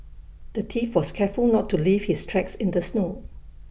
the thief was careful not to leave his tracks in the snow